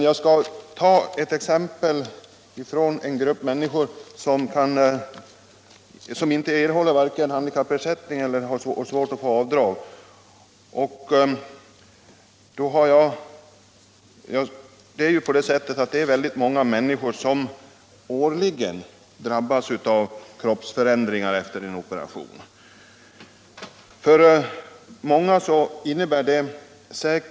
Jag skall som ett exempel ta en grupp människor som inte erhåller någon handikappersättning och som dessutom har svårigheter att göra skatteavdrag. Det är ju många människor som årligen drabbas av kroppsförändringar efter operationer. Dessa kroppsförändringar skapar problem av skilda slag.